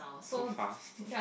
so fast